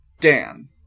Dan